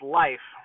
life